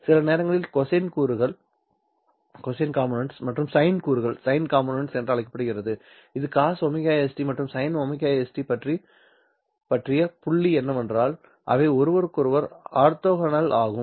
சில நேரங்களில் கோசைன் கூறுகள் மற்றும் சைன் கூறுகள் என அழைக்கப்படுகிறது இது cosωs t மற்றும் sin ωs t பற்றிய புள்ளி என்னவென்றால் அவை ஒருவருக்கொருவர் ஆர்த்தோகனல் ஆகும்